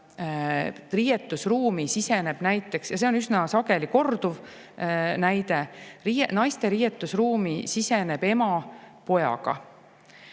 mis on üsna sageli korduv näide, et naiste riietusruumi siseneb ema pojaga.